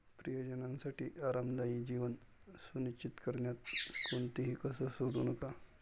प्रियजनांसाठी आरामदायी जीवन सुनिश्चित करण्यात कोणतीही कसर सोडू नका